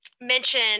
mention